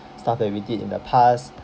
stuff that we did in the past